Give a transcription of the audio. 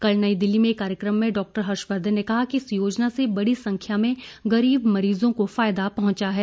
कल नई दिल्ली में एक कार्यक्रम में डॉक्टर हर्षवर्धन ने कहा कि इस योजना से बड़ी संख्या में गरीब मरीजों को फायदा पहुंचा है